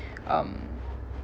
um